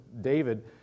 David